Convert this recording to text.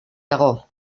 dago